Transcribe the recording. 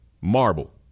marble